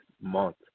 month